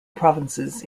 provinces